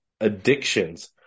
Addictions